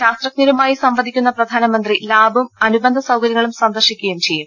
ശാസ്ത്രജ്ഞരുമായി സുംവ്ദിക്കുന്ന പ്രധാനമന്ത്രി ലാബും അനുബന്ധ സൌകര്യങ്ങളും സന്ദർശിക്കുകയും ചെയ്യും